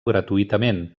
gratuïtament